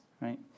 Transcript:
right